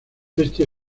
este